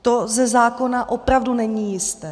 To ze zákona opravdu není jisté.